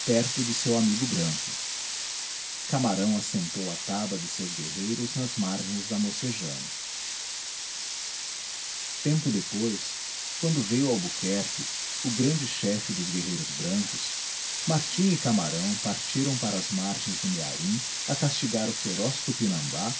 seu amigo branco camarão assentou a taba de seus guerreiros nas margens da mocejana tempo depois quando veio albuquerque o grande chefe dos guerreiros brancos martim e camarão partiram para as margens do mearim a castigar o feroz tupinambá